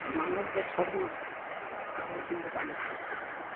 মানব De Sharma Bhabasindhu পান্ডা